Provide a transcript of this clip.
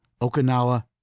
Okinawa